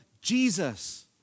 Jesus